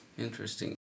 Interesting